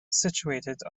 situated